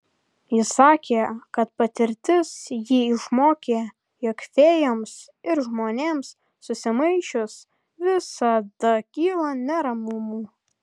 jis sakė kad patirtis jį išmokė jog fėjoms ir žmonėms susimaišius visada kyla neramumų